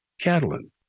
Catalan